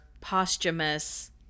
posthumous